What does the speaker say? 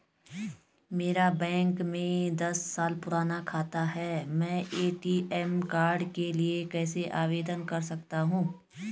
मेरा बैंक में दस साल पुराना खाता है मैं ए.टी.एम कार्ड के लिए कैसे आवेदन कर सकता हूँ?